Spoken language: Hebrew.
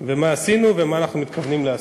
מה עשינו ומה אנחנו מתכוונים לעשות.